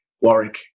Warwick